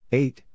eight